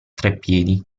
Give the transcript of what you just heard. treppiedi